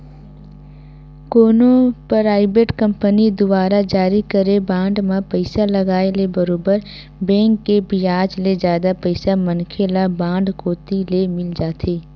कोनो private company दुवारा जारी करे बांड म पइसा लगाय ले बरोबर बेंक के बियाज ले जादा पइसा मनखे ल बांड कोती ले मिल जाथे